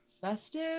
festive